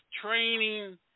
training